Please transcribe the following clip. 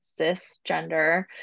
cisgender